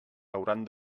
hauran